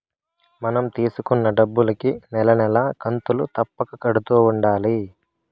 మనం తీసుకున్న డబ్బులుకి నెల నెలా కంతులు తప్పక కడుతూ ఉండాలి